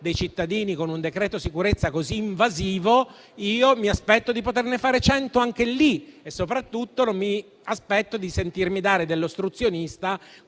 dei cittadini con un provvedimento così invasivo, io mi aspetto di poterne fare altrettante. Soprattutto non mi aspetto di sentirmi dare dell'ostruzionista